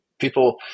people